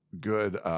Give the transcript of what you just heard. good